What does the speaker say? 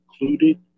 included